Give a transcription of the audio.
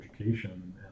education